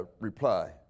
reply